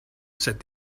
said